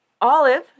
Olive